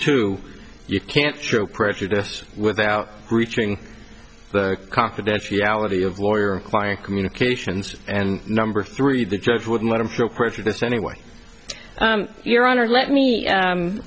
two you can't show prejudice without breaching the confidentiality of lawyer client communications and number three the judge wouldn't let him feel prejudice anyway your honor let me